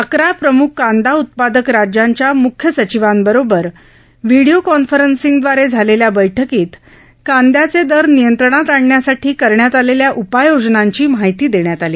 अकरा प्रमुख कांदा उत्पादक राज्यांच्या मुख्य सचिवांबरोबर व्हिडोओ कॉन्फरसिंगदवारे झालेल्या बैठकीत कांदयाचे दर नियत्रंणात आणण्यासाठी करण्यात आलेल्या उपाययोजनांची माहिती देण्यात आली